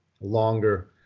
longer